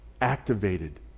activated